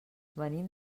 venim